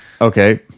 okay